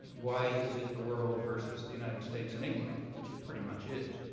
why is it the world versus the united states and england, which it pretty much is?